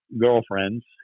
girlfriends